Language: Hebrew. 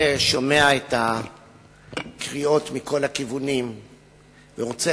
אני שומע את הקריאות מכל הכיוונים ורוצה